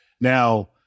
Now